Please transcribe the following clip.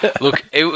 Look